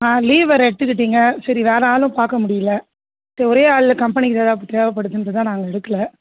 ஆ leave வேறு எடுத்துக்கிட்டீங்க சரி வேறு ஆளும் பார்க்க முடியல சரி ஒரே ஆள் கம்பெனிக்கு தேவை தேவைப்படுதுன்ட்டு தான் நாங்கள் எடுக்கலை